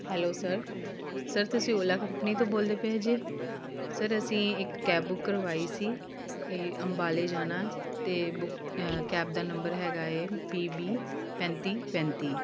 hello sir sir ਤੁਸੀਂ Ola company ਤੋਂ ਬੋਲਦੇ ਪਏ ਜੇ ਸਰ ਅਸੀਂ ਇੱਕ ਕੈਬ ਬੁੱਕ ਕਰਵਾਈ ਸੀ ਇਹ ਅੰਬਾਲੇ ਜਾਣਾ ਅਤੇ ਬੁਕ ਕੈਬ ਦਾ ਨੰਬਰ ਹੈਗਾ ਹੈ ਪੀ ਬੀ ਪੈਂਤੀ ਪੈਂਤੀ